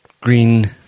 green